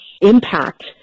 impact